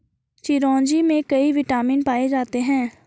चिरोंजी में कई विटामिन पाए जाते हैं